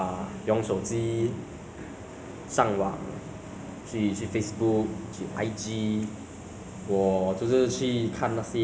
uh 最近才开始 ah 有玩游戏就是例如 ah Call of Duty Mobile